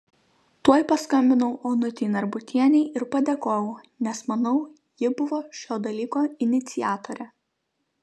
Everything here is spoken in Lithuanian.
tuoj paskambinau onutei narbutienei ir padėkojau nes manau ji buvo šio dalyko iniciatorė